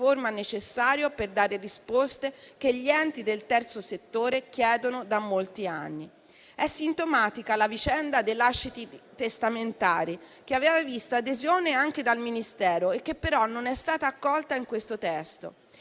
riforma necessario per dare risposte che gli enti del terzo settore chiedono da molti anni. È sintomatica la vicenda dei lasciti testamentari, che aveva visto adesione anche dal Ministero, che però non è stata accolta in questo testo.